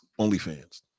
OnlyFans